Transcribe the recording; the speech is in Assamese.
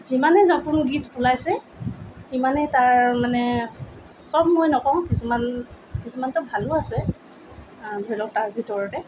যিমানেই নতুন গীত ওলাইছে সিমানেই তাৰ মানে চব মই নকওঁ কিছুমান কিছুমানতো ভালো আছে ধৰি লওক তাৰ ভিতৰতে